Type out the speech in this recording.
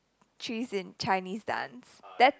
trees in Chinese dance